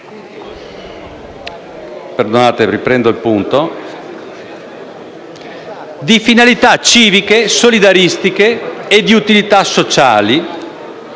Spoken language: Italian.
di finalità civiche, solidaristiche e di utilità sociale